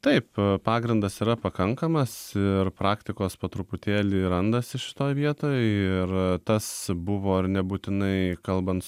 taip pagrindas yra pakankamas ir praktikos po truputėlį randasi šitoj vietoj ir tas buvo ir nebūtinai kalbant